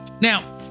now